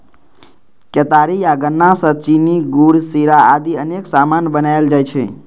केतारी या गन्ना सं चीनी, गुड़, शीरा आदि अनेक सामान बनाएल जाइ छै